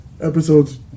episodes